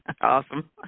Awesome